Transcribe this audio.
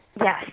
Yes